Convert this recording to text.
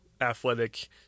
Athletic